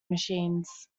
machines